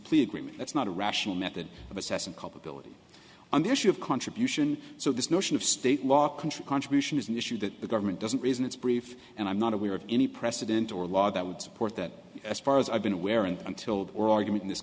plea agreement that's not a rational method of assessing culpability on the issue of contribution so this notion of state law country contribution is an issue that the government doesn't reason it's brief and i'm not aware of any precedent or law that would support that as far as i've been aware and until or argument in this